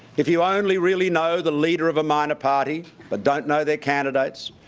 if you only really know the leader of a minor party but don't know their candidates,